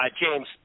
James